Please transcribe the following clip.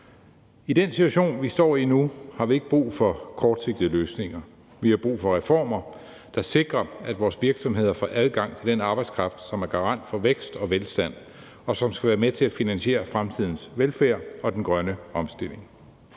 I den situation, vi står i nu, har vi ikke brug for kortsigtede løsninger. Vi har brug for reformer, der sikrer, at vores virksomheder får adgang til den arbejdskraft, som er garant for vækst og velstand, og som skal være med til at finansiere fremtidens velfærd og den grønne omstilling.